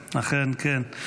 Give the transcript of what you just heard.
אכן, אכן כן.